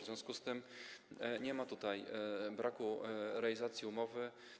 W związku z tym nie ma tutaj braku realizacji umowy.